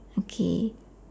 okay